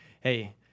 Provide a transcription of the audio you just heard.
hey